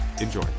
Enjoy